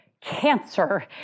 cancer